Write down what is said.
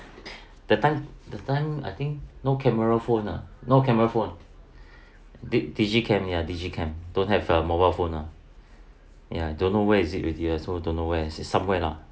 that time the time I think no camera phone ah no camera phone di~ digit cam ya digit cam don't have a mobile phone lah ya don't know where is it already ah so don't know where is somewhere lah